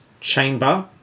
chamber